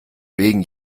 wegen